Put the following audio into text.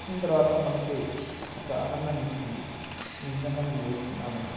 వచ్చిన తర్వాత మనకి ఒక ఆనందాన్ని ఇస్తుంది ఈ విధంగానే నేర్చుకున్నాను నేను